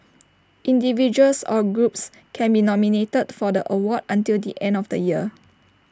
individuals or groups can be nominated for the award until the end of the year